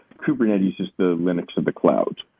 kubernetes is the linux of the clouds.